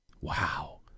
Wow